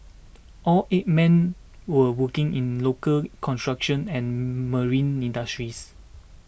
all eight man were working in the local construction and marine industries